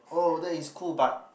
oh that is cool but